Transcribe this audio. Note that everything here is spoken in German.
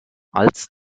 als